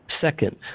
Second